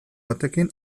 batekin